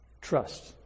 Trust